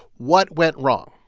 what went wrong?